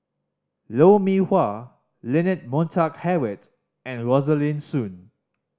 Lou Mee Wah Leonard Montague Harrod and Rosaline Soon